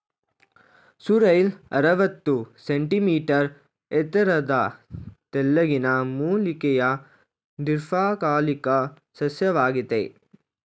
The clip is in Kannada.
ಸೋರ್ರೆಲ್ ಅರವತ್ತು ಸೆಂಟಿಮೀಟರ್ ಎತ್ತರದ ತೆಳ್ಳಗಿನ ಮೂಲಿಕೆಯ ದೀರ್ಘಕಾಲಿಕ ಸಸ್ಯವಾಗಯ್ತೆ